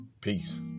peace